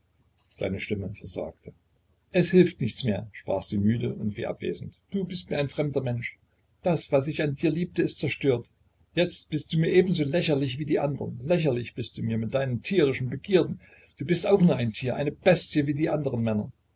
seine stimme versagte es hilft nichts mehr sie sprach müde und wie abwesend du bist mir ein fremder mensch das was ich an dir liebte ist zerstört jetzt bist du mir ebenso lächerlich wie die anderen lächerlich bist du mir mit deinen tierischen begierden du bist auch nur ein tier eine bestie wie die anderen männer